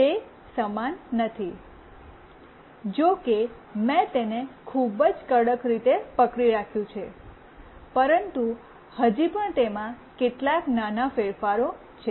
તે સમાન નથી જોકે મેં તેને ખૂબ જ કડક રીતે પકડી રાખ્યું છે પરંતુ હજી પણ તેમાં કેટલાક નાના ફેરફારો છે